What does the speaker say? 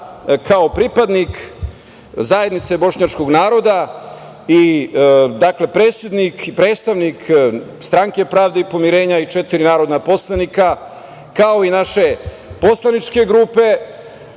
pripadnik zajednice bošnjačkog naroda i predsednik i predstavnik Stranke pravde i pomirenja i četiri narodna poslanika, kao i naše poslaničke grupe,